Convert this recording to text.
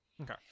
Okay